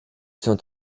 sont